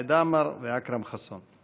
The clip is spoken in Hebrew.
חמד עמאר ואכרם חסון.